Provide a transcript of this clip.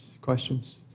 questions